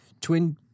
twin